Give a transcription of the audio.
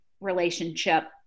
relationship